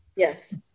Yes